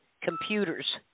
computers